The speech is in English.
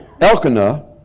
Elkanah